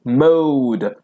mode